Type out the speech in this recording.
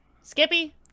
skippy